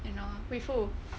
with who